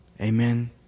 Amen